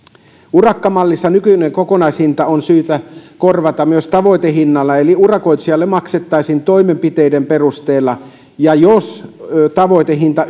urakkamallissa nykyinen kokonaishinta on syytä korvata myös tavoitehinnalla eli urakoitsijalle maksettaisiin toimenpiteiden perusteella ja jos tavoitehinta